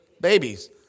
babies